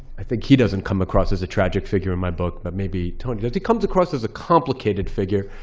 i think he doesn't come across as a tragic figure in my book, but maybe tony he comes across as a complicated figure.